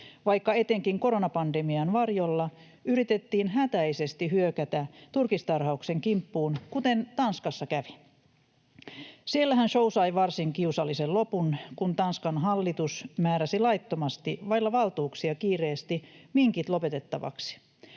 vaikka etenkin koronapandemian varjolla yritettiin hätäisesti hyökätä turkistarhauksen kimppuun, kuten Tanskassa kävi. Siellähän show sai varsin kiusallisen lopun, kun Tanskan hallitus määräsi laittomasti, vailla valtuuksia, kiireesti minkit lopetettaviksi.